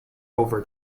over